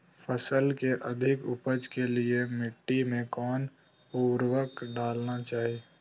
फसल के अधिक उपज के लिए मिट्टी मे कौन उर्वरक डलना चाइए?